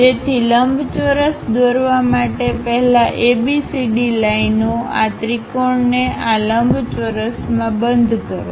તેથી લંબચોરસ દોરવા માટે પહેલા ABCD લાઇનો આ ત્રિકોણને આ લંબચોરસમાં બંધ કરો